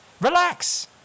relax